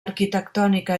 arquitectònica